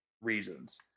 reasons